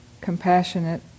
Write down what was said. compassionate